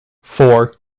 four